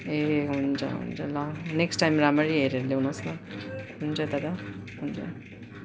ए हुन्छ हुन्छ ल नेक्स्ट टाइम रामरी हेरेर ल्याउनुहोस् न हुन्छ दादा हुन्छ